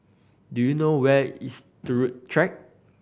do you know where is Turut Track